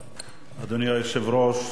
אדוני היושב-ראש,